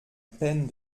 peine